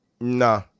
nah